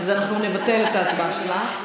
אנחנו נבטל את ההצבעה שלך.